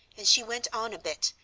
and she went on a bit,